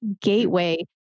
gateway